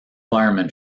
firemen